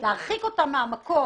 אנחנו לא מצליחים להרחיק אותם מהמקום.